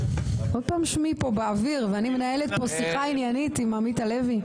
עוד פעם שמי פה באוויר ואני מנהלת פה שיחה עניינית עם עמית הלוי.